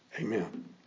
Amen